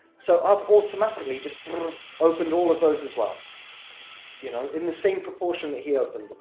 so, i've automatically just opened all of those as well you know, in the same proportion that he opened